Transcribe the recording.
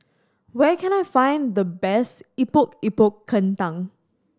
where can I find the best Epok Epok Kentang